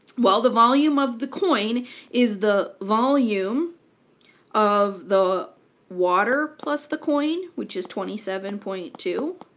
well the volume of the coin is the volume of the water plus the coin, which is twenty seven point two,